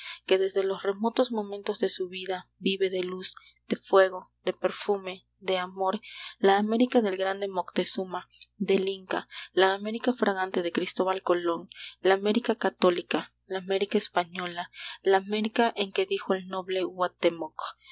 que desde los remotos momentos de su vida vive de luz de fuego de perfume de amor la américa del grande moctezuma del inca la américa fragante de cristóbal colón la américa católica la américa española la américa en que dijo el noble